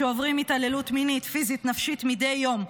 שעוברים התעללות מינית, פיזית ונפשית מדי יום,